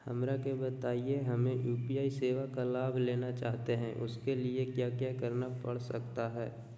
हमरा के बताइए हमें यू.पी.आई सेवा का लाभ लेना चाहते हैं उसके लिए क्या क्या करना पड़ सकता है?